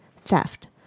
theft